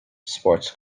sports